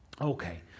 Okay